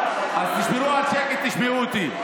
אז תשמרו על שקט, תשמעו אותי.